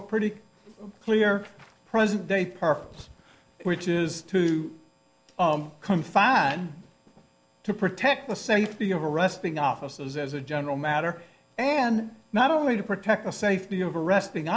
a pretty clear present day purpose which is to confine to protect the safety of arresting officers as a general matter and not only to protect the safety of arresting